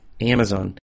Amazon